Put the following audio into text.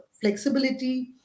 flexibility